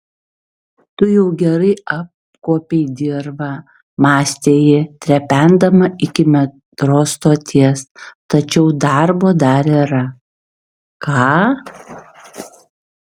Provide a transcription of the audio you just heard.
tu jau gerai apkuopei dirvą mąstė ji trependama iki metro stoties tačiau darbo dar yra ką